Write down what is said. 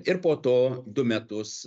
ir po to du metus